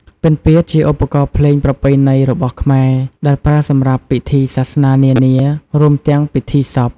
ពិណពាទ្យជាឧបករណ៍ភ្លេងប្រពៃណីរបស់ខ្មែរ ដែលប្រើសម្រាប់ពិធីសាសនានានា រួមទាំងពិធីសព។